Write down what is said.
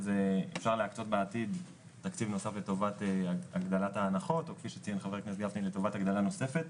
אני מתכבדת לפתוח את ישיבת ועדת העבודה והרווחה.